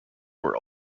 were